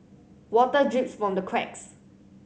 water drips from the cracks